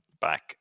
back